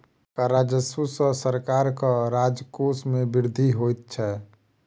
कर राजस्व सॅ सरकारक राजकोश मे वृद्धि होइत छै